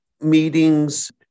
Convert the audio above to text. meetings